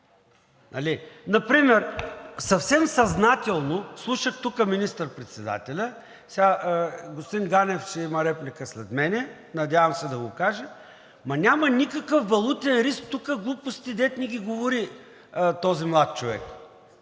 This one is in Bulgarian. Например съвсем съзнателно слушах тук министър-председателя – сега господин Ганев ще има реплика след мен, надявам се да го каже – ма няма никакъв валутен риск, тука глупости дето ни ги говори този млад човек.